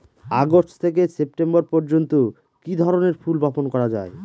August থেকে September পর্যন্ত কি ধরনের ফুল বপন করা যায়?